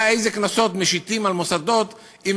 יודע איזה קנסות משיתים על מוסדות אם